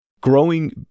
growing